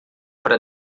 para